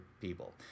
people